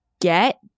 get